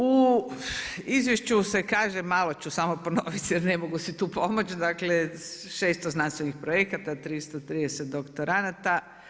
U izvješću se kaže, malo ću samo ponoviti jer ne mogu si tu pomoći, dakle 600 znanstvenih projekata, 330 doktoranada.